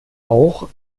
auch